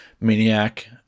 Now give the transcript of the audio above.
maniac